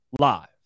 live